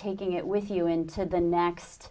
taking it with you into the next